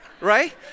right